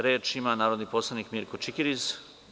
Reč ima narodni poslanik Mirko Čikiriz.